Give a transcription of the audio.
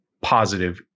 positive